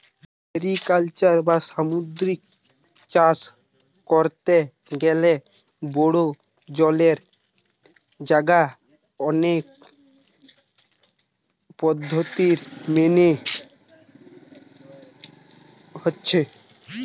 mariculture বা সামুদ্রিক চাষ কোরতে গ্যালে বড়ো জলের জাগায় অনেক পদ্ধোতি মেনে হচ্ছে